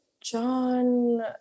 John